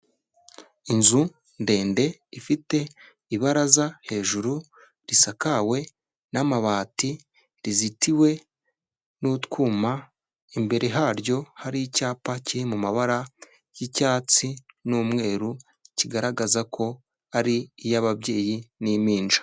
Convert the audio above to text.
Inzu ndende ifite ibaraza hejuru risakawe n'amabati rizitiwe n'utwuma imbere haryo hari icyapa kiri mu mabara y'icyatsi n'umweru kigaragaza ko ari iy'ababyeyi n'impinja.